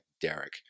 Derek